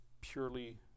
purely